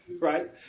right